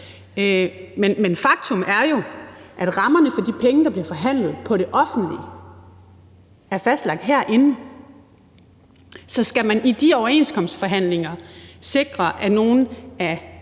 men faktum er jo, at rammerne for de penge, der bliver forhandlet på det offentlige område, er fastlagt herinde. Så skal man i de overenskomstforhandlinger sikre, at nogle af